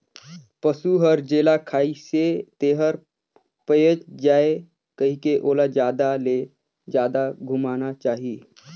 पसु हर जेला खाइसे तेहर पयच जाये कहिके ओला जादा ले जादा घुमाना चाही